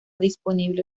disponible